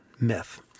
myth